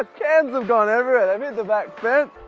ah cans have gone everywhere. they've hit the back fence.